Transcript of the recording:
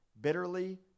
bitterly